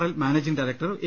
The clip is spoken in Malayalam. L managing director A